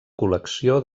col·lecció